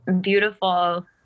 beautiful